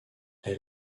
elle